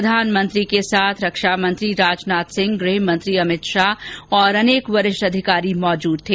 प्रधानमंत्री के साथ रक्षा मंत्री राजनाथ सिंह गृह मंत्री अमित शाह और अनेक वरिष्ठ अधिकारी मौजूद थे